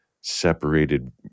separated